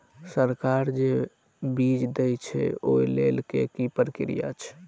सरकार जे बीज देय छै ओ लय केँ की प्रक्रिया छै?